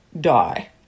die